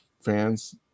fans